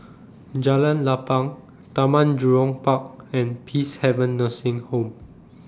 Jalan Lapang Taman Jurong Park and Peacehaven Nursing Home